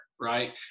right